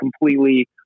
completely